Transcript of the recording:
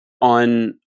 on